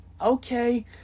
okay